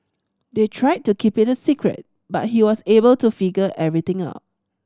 they tried to keep it a secret but he was able to figure everything out